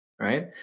right